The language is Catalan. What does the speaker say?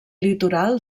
litoral